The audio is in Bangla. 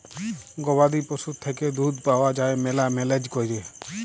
গবাদি পশুর থ্যাইকে দুহুদ পাউয়া যায় ম্যালা ম্যালেজ ক্যইরে